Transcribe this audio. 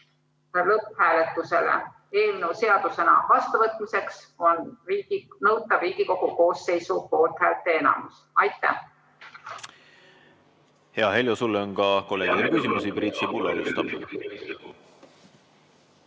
lõpphääletusele. Eelnõu seadusena vastuvõtmiseks on nõutav Riigikogu koosseisu poolthäälteenamus. Aitäh! Hea Heljo, sulle on kolleegidel ka küsimusi. Priit Sibul alustab.